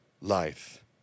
life